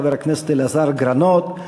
חבר הכנסת אלעזר גרנות,